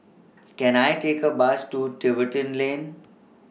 Can I Take A Bus to Tiverton Lane